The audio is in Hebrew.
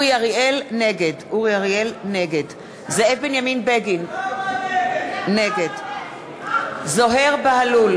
נגד זאב בנימין בגין, נגד זוהיר בהלול,